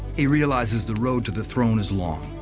he realizes the road to the throne is long,